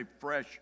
fresh